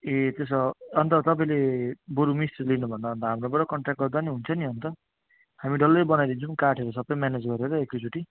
ए त्यसो भए अन्त तपाईँले बरू मिस्त्री लिनुभन्दा हाम्रोबाट कन्ट्याक गर्दा नि हुन्थ्यो नि अन्त हामी डल्लै बनाइदिन्छौँ काठहरू सबै म्यानेज गरेर एकैचोटि